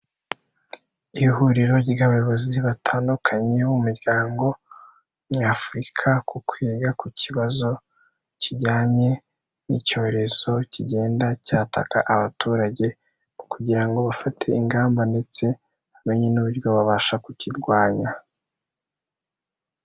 Ihuriro ry'abayobozi batandukanye bo mu muryango nyafurika ku kwiga ku kibazo kijyanye n'icyorezo kigenda cyataka abaturage kugira ngo bafate ingamba ndetse bamenye n'uburyo babasha kukirwanya.